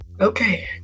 okay